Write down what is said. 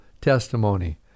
testimony